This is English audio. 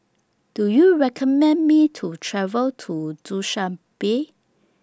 Do YOU recommend Me to travel to Dushanbe